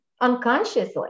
unconsciously